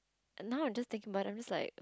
now I'm just thinking about it I'm just like